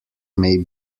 may